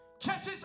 churches